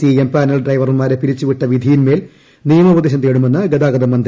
C empanel ഡ്രൈവർമാരെ പിരിച്ചുവിട്ട വിധിയിൻമേൽ നിയമോപദേശം തേടുമെന്ന് ഗതാഗത മന്ത്രി